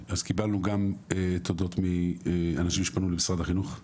אז קיבלנו גם תודות לאנשים שפנו למשרד החינוך,